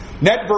Net